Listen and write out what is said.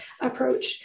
approach